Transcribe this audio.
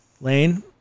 Lane